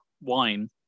wine